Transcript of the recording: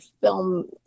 film